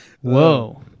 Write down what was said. Whoa